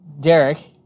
Derek